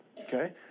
okay